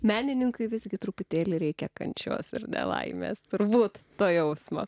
menininkui visgi truputėlį reikia kančios ir be laimės turbūt to jausmo